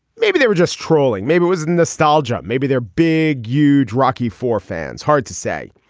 maybe they were just trolling. maybe it was nostalgia. maybe they're big huge rocky for fans. hard to say.